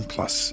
Plus